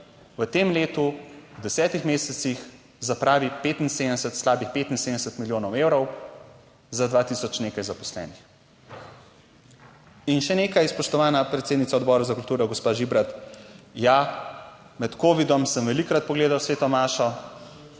v tem letu, v desetih mesecih, zapravi 75, slabih 75 milijonov evrov, za 2 tisoč nekaj zaposlenih in še nekaj. Spoštovana predsednica Odbora za kulturo, gospa Žibrat. Ja, med Covidom sem velikokrat pogledal sveto mašo